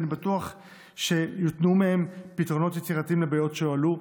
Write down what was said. ואני בטוח שיותנעו מהם פתרונות יצירתיים לבעיות שהועלו.